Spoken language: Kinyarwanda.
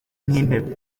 nk’intebe